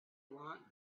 want